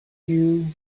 you